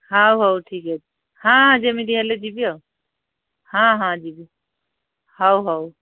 ହଉ ହଉ ଠିକ୍ ଅଛି ହଁ ଯେମିତି ହେଲେ ଯିବି ଆଉ ହଁ ହଁ ଯିବି ହଉ ହଉ